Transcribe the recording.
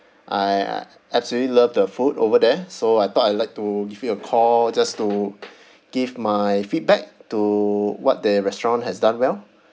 I uh absolutely love the food over there so I thought I'd like to give you a call just to give my feedback to what that restaurant has done well